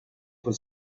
was